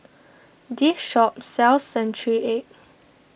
this shop sells Century Egg